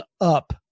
up